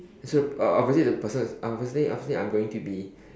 so the obviously the person obviously obviously I'm going to be